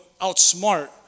outsmart